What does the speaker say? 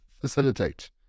facilitate